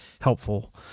helpful